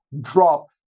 drop